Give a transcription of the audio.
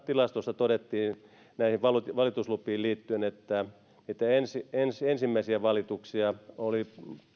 tilastossa todettiin näihin valituslupiin liittyen että ensimmäisiä valituksia oli